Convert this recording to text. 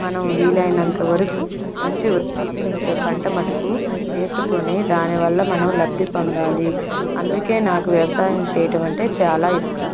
మనం వీలయినంత వరకు మంచి ఉత్పత్తి నుంచే పంట మట్టుకు వేసుకొని దానివల్ల మనం లబ్ధిపొందాలి అందుకే నాకు వ్యవసాయం చేయడమంటే చాలా ఇష్టం